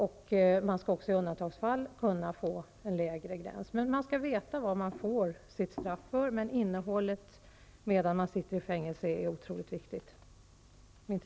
I undantagsfall skall man kunna få lägre gräns. Men man skall veta vad man får sitt straff för. Och innehållet, medan man sitter i fängelse, är otroligt viktigt.